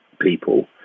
people